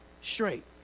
straight